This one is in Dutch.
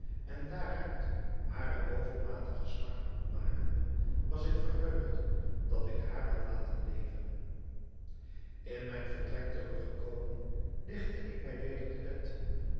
en daaruit hare bovenmatige smart opmakende was ik verheugd dat ik haar had laten leven in mijn vertrek teruggekomen legde ik mij weder te bed